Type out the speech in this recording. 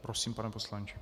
Prosím, pane poslanče.